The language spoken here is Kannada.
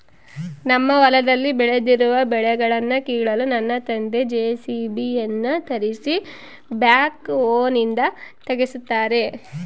ನಮ್ಮ ಹೊಲದಲ್ಲಿ ಬೆಳೆದಿರುವ ಕಳೆಗಳನ್ನುಕೀಳಲು ನನ್ನ ತಂದೆ ಜೆ.ಸಿ.ಬಿ ಯನ್ನು ತರಿಸಿ ಬ್ಯಾಕ್ಹೋನಿಂದ ಅಗೆಸುತ್ತಾರೆ